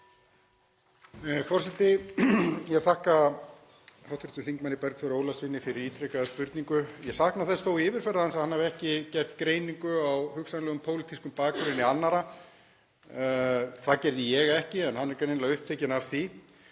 Forseti. Ég þakka hv. þm. Bergþóri Ólasyni fyrir ítrekaða spurningu. Ég sakna þess þó í yfirferð hans að hann hafi ekki gert greiningu á hugsanlegum pólitískum bakgrunni annarra. Það gerði ég ekki en hann er greinilega upptekinn af því.